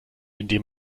indem